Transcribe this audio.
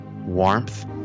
warmth